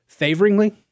Favoringly